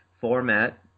format